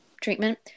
treatment